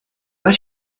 pas